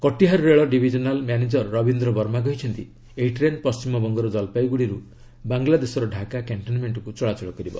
କଟିହା ରେଳ divisional manager Rabindra Verma କହିଛନ୍ତି ଏହି ଟ୍ରେନ୍ ପଶ୍ଚିମବଙ୍ଗର ଜଲପାଇଗ୍ରଡିରୁ ବାଂଲାଦେଶର ତ୍ରାକା କ୍ୟାଣ୍ଟନମେଣ୍ଟକ୍ତ ଚଳାଚଳ କରିବ